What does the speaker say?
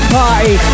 party